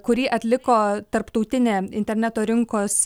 kurį atliko tarptautinė interneto rinkos